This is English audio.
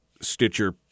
Stitcher